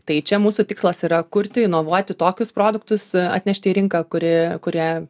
tai čia mūsų tikslas yra kurti inovuoti tokius produktus atnešti į rinką kuri kurie